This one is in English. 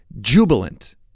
jubilant